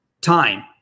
time